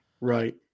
Right